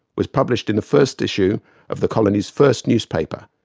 was published in the first issue of the colony's first newspaper,